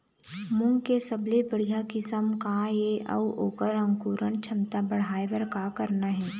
मूंग के सबले बढ़िया किस्म का ये अऊ ओकर अंकुरण क्षमता बढ़ाये बर का करना ये?